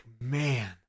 man